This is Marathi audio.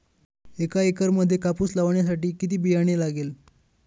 एका एकरामध्ये कापूस लावण्यासाठी किती बियाणे लागेल?